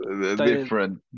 different